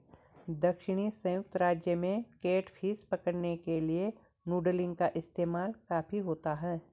दक्षिणी संयुक्त राज्य में कैटफिश पकड़ने के लिए नूडलिंग का इस्तेमाल काफी होता है